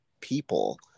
People